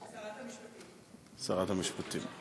שרת המשפטים.